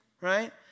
right